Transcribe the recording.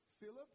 Philip